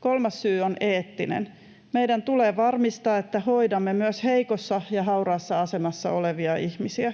Kolmas syy on eettinen. Meidän tulee varmistaa, että hoidamme myös heikossa ja hauraassa asemassa olevia ihmisiä.